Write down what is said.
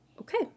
okay